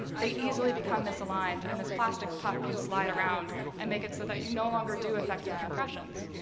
they easily become misaligned. and this plastic puck can slide around and make it so that you no longer do effective compressions.